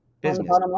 business